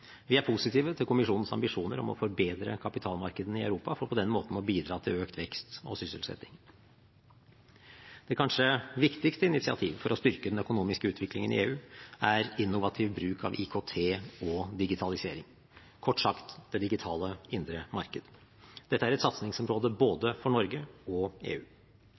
Vi er positive til kommisjonens ambisjoner om å forbedre kapitalmarkedene i Europa, for på den måten å bidra til økt vekst og sysselsetting. Det kanskje viktigste initiativ for å styrke den økonomiske utviklingen i EU er innovativ bruk av IKT og digitalisering, kort sagt: det digitale indre marked. Dette er et satsingsområde for både Norge og EU. Digitalisering gir store vekstmuligheter for Norge og